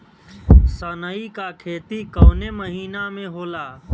सनई का खेती कवने महीना में होला?